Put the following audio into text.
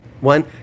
One